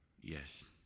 Yes